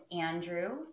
Andrew